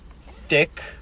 thick